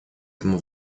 этому